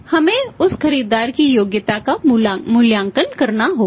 हमें उस खरीदार की योग्यता का मूल्यांकन करना होगा